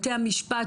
בתי המשפט,